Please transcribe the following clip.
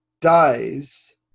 dies